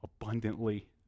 Abundantly